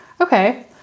okay